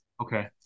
Okay